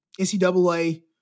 NCAA